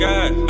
God